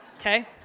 Okay